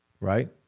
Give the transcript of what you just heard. right